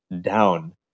down